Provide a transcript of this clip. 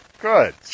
good